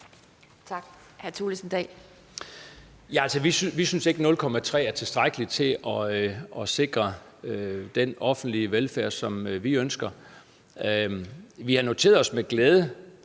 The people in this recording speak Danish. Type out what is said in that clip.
vi synes ikke, at 0,3 pct. er tilstrækkeligt til at sikre den offentlige velfærd, som vi ønsker. Vi har noteret os med glæde,